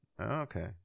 Okay